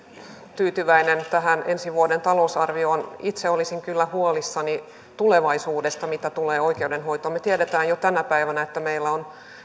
tyytyväinen tähän ensi vuoden talousarvioon itse olisin kyllä huolissani tulevaisuudesta mitä tulee oikeudenhoitoon me tiedämme jo tänä päivänä että meillä on